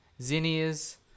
Zinnias